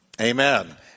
Amen